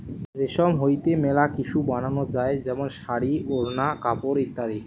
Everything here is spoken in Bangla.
রেশম হইতে মেলা কিসু বানানো যায় যেমন শাড়ী, ওড়না, কাপড় ইত্যাদি